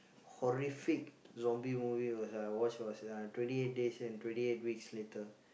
horrific zombie movies was I watch was twenty eight days and twenty eight weeks later